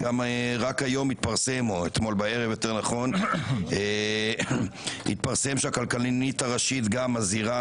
רק אתמול בערב התפרסם שגם הכלכלנית הראשית מזהירה